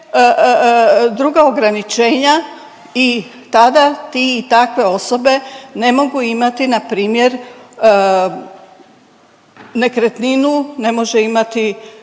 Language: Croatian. druga ograničenja i tada ti i takve osobe ne mogu imati npr. nekretninu, ne može imati